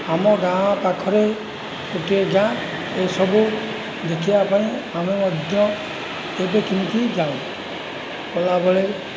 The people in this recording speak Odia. ଆମ ଗାଁ ପାଖରେ ଗୋଟିଏ ଗାଁ ଏସବୁ ଦେଖିବାପାଇଁ ଆମେ ମଧ୍ୟ କେବେ କେମିତି ଯାଉ ଗଲାବେଳେ